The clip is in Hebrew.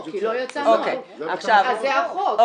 אז זה החוק,